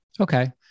Okay